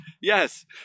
Yes